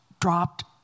dropped